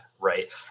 Right